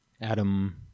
Adam